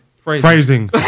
Phrasing